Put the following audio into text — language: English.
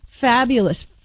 fabulous